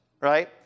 right